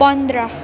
पन्ध्र